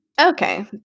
Okay